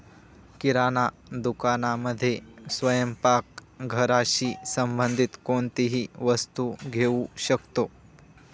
किराणा दुकानामध्ये स्वयंपाक घराशी संबंधित कोणतीही वस्तू घेऊ शकतो